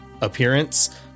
appearance